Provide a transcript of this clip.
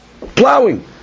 plowing